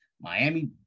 Miami